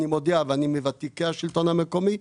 אני מודיע ואני מוותיקי השלטון המקומי,